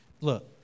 Look